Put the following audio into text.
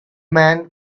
man